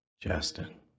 Justin